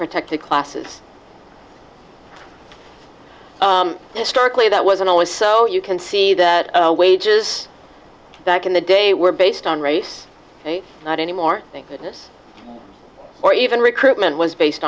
protected classes historically that wasn't always so you can see that wages back in the day were based on race not anymore thank goodness or even recruitment was based